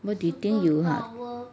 what do you think you want